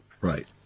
Right